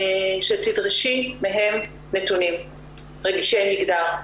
שתדרשי מהם נתונים רגישי מגדר.